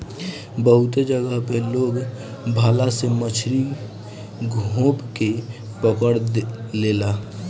बहुते जगह पे लोग भाला से मछरी गोभ के पकड़ लेला